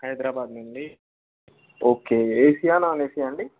హైదరాబాద్ నుండి okay A సీయా non A సీయా అండి